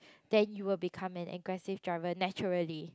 then you will become an aggressive driver naturally